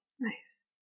Nice